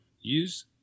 use